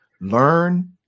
learn